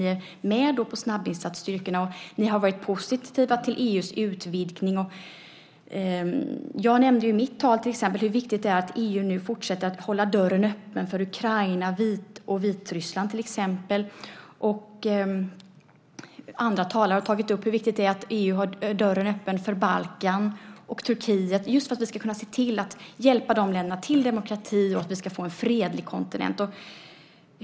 Ni är med när det gäller snabbinsatsstyrkorna, och ni har varit positiva till EU:s utvidgning. Jag nämnde i mitt tal till exempel hur viktigt det är att EU nu fortsätter att hålla dörren öppen för till exempel Ukraina och Vitryssland. Och andra talare har tagit upp hur viktigt det är att EU har dörren öppen för Balkan och Turkiet just för att vi ska kunna se till att hjälpa dessa länder till demokrati och för att vi ska få en fredlig kontinent.